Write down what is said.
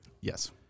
Yes